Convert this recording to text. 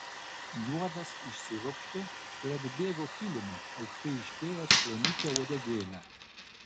juodas išsiropštė ir atbėgo kilimu aukštai iškėlęs plonytę uodegėlę